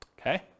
okay